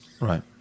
Right